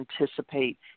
anticipate